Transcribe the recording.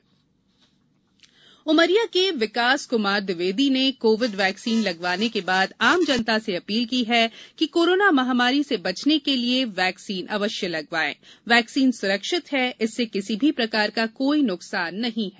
जन आंदोलन उमरिया के विकास कुमार द्विवेदी ने कोविड वैक्सीन लगवाने के बाद आम जनता से अपील की है कि कोरोना महामारी से बचने के लिये आप वैक्सीन अवश्य लगवाएं वैक्सीन सुरक्षित है इससे किसी भी प्रकार का कोई नुकसान नहीं है